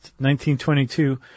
1922